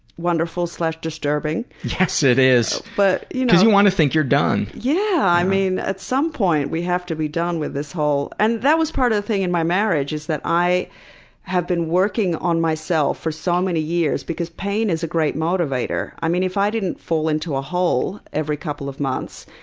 wonderful disturbing. yes, it is. because but you know you want to think you're done. yeah, i mean at some point we have to be done with this whole and that was part of the thing in my marriage, is that i have been working on myself for so many years, because pain is a great motivator. i mean if i didn't fall into a hole every couple of months,